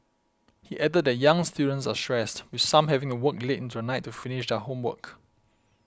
he added that young students are stressed with some having to work late into the night to finish their homework